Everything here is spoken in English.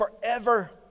forever